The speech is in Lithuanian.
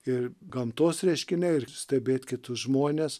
ir gamtos reiškiniai ir stebėt kitus žmones